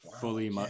Fully